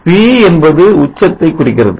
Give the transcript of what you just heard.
p என்பது உச்சத்தை குறிக்கிறது